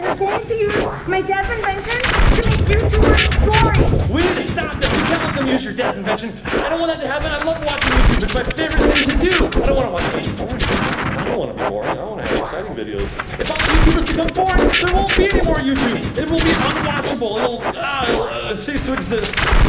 going to use my dad's invention to make youtubers boring. we need to stop them. we can't let them use your dad's invention. i don't want that to happen. i love watching youtube. it's my favorite thing to do. i don't want to watch a bunch of boring people. and i don't want to be boring. i want to have exciting videos. if all the youtubers become boring, there won't be any more youtube. it will be unwatchable. it'll ah cease to exist.